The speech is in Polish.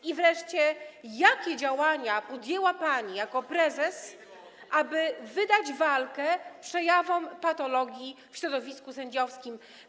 I wreszcie jakie działania podjęła pani jako prezes, aby wydać walkę przejawom patologii w środowisku sędziowskim?